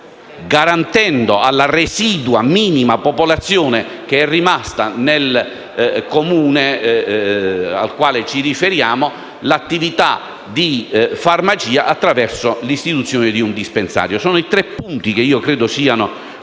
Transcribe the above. garantendo magari alla residua, minima, popolazione rimasta nel Comune al quale ci riferiamo il servizio di farmacia attraverso l'istituzione di un dispensario. Sono i tre punti che credo sia utile